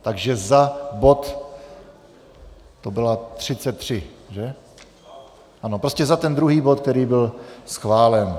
Takže za bod, to byl 33, prostě za ten druhý bod, který byl schválen.